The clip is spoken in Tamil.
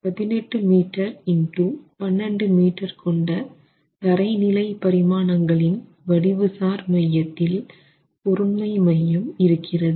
18 மீட்டர் x 12 மீட்டர் கொண்ட தரை நிலை பரிமாணங்களின் வடிவு சார் மையத்தில் பொருண்மை மையம் இருக்கிறது